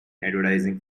advertising